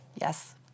Yes